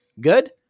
Good